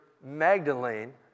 Magdalene